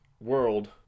world